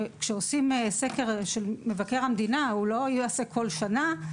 וסקר של מבקר המדינה לא ייעשה כל שנה,